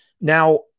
Now